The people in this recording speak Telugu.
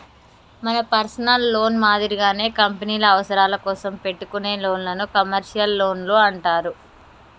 మన పర్సనల్ లోన్ మాదిరిగానే కంపెనీల అవసరాల కోసం పెట్టుకునే లోన్లను కమర్షియల్ లోన్లు అంటారు